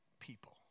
people